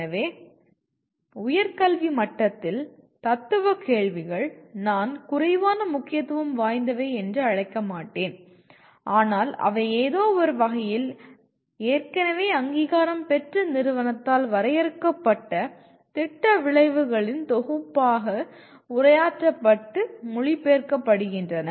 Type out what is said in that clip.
எனவே உயர்கல்வி மட்டத்தில் தத்துவ கேள்விகள் நான் குறைவான முக்கியத்துவம் வாய்ந்தவை என்று அழைக்க மாட்டேன் ஆனால் அவை ஏதோவொரு வகையில் ஏற்கனவே அங்கீகாரம் பெற்ற நிறுவனத்தால் வரையறுக்கப்பட்ட திட்ட விளைவுகளின் தொகுப்பாக உரையாற்றப்பட்டு மொழிபெயர்க்கப்படுகின்றன